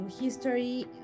history